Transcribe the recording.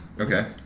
Okay